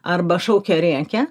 arba šaukia rėkia